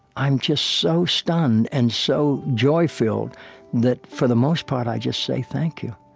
i'm just so stunned and so joy-filled that for the most part i just say, thank you.